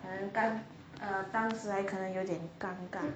可能当 uh 当时还可能有点尴尬